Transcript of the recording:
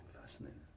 Fascinating